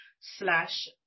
slash